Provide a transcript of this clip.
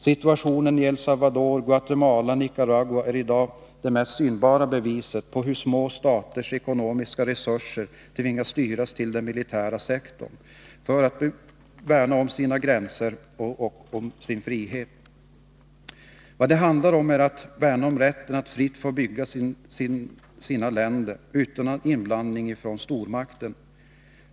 Situationen i El Salvador, Guatemala och Nicaragua är i dag det mest synbara beviset på hur man i små stater tvingas styra de ekonomiska resurserna till den militära sektorn för att värna om sina gränser och sin frihet. Det handlar om att värna rätten att fritt få bygga sina länder utan inblandning från stormakter.